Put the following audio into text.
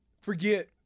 forget